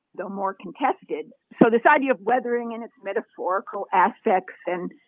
though more contested. so this idea of weathering in its metaphorical aspects and,